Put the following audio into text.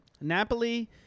Napoli